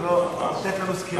ולא לתת לנו סקירה,